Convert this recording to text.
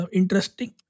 interesting